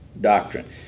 doctrine